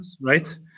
Right